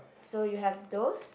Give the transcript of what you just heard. so you have those